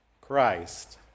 Christ